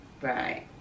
Right